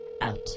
out